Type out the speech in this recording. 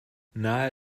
nahe